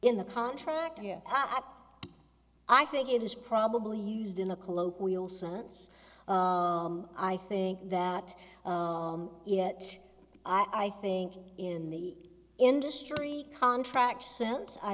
in the contract here i think it is probably used in a colloquial sense i think that yet i think in the industry contract sense i